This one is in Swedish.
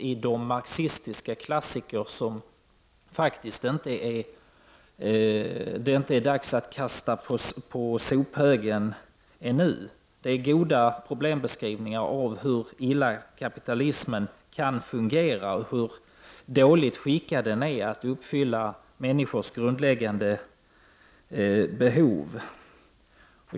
I de marxistiska klassiker som det ännu inte är dags att kasta på sophögen finns goda problembeskrivningar av hur illa kapitalismen kan fungera och hur dåligt skickad den är att uppfylla människors grundläggande behov.